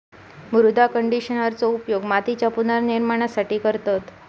मृदा कंडिशनरचो उपयोग मातीच्या पुनर्निर्माणासाठी करतत